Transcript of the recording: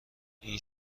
این